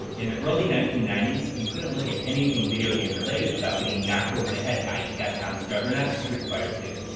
in the early ninety ninety s, you couldn't look at anything video game related without getting knocked over the head by capcom's juggernaut, street fighter two.